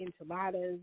enchiladas